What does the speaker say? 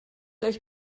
euch